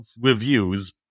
reviews